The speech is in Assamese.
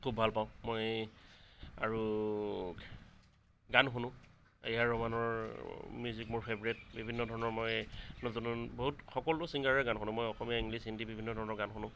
খুব ভালপাওঁ মই আৰু গান শুনো এ আৰ ৰহমানৰ মিউজিক মোৰ ফেভৰেইট বিভিন্ন ধৰণৰ মই নতুন নতুন বহুত সকলোবোৰ চিংগাৰৰে গান শুনো মই অসমীয়া ইংলিছ হিন্দী বিভিন্ন ধৰণৰ গান শুনো